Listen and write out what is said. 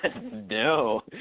No